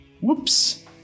whoops